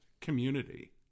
community